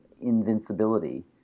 invincibility